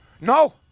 No